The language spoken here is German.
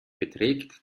beträgt